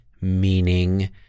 meaning